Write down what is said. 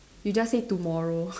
you just say tomorrow